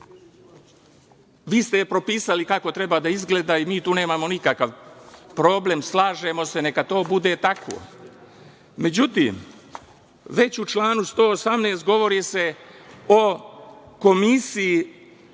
vi ste propisali kako treba da izgleda i mu tu nemamo nikakav problem. Slažemo se. Neka to bude tako. Međutim, već u članu 118. govori se o Komisiji